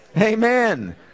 Amen